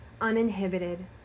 uninhibited